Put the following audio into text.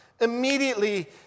Immediately